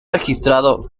registrado